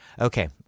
Okay